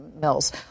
mills